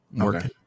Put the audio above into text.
okay